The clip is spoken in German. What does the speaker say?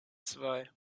zwei